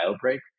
break